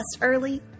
early